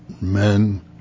men